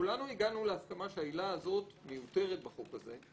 כולנו הגענו להסכמה שהעילה הזאת מיותרת בחוק הזה,